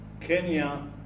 Kenya